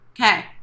Okay